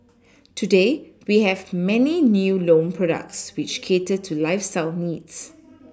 today we have many new loan products which cater to lifeStyle needs